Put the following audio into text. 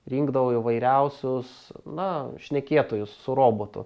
rinkdavau įvairiausius na šnekėtojus su robotu